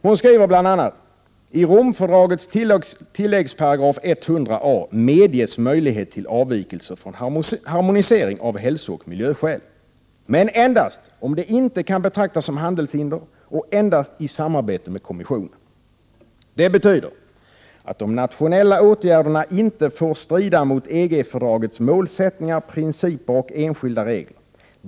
Hon skriver bl.a.: ”I Romfördragets tilläggsparagraf 100a, medges möjlighet till avvikelser från harmonisering, av hälsooch miljöskäl, men endast om det inte kan betraktas som handelshinder och endast i samarbete med kommissionen. ——-—- Det betyder att de nationella åtgärderna inte får strida mot EG-fördragets målsättningar, principer och enskilda regler.